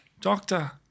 Doctor